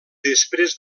després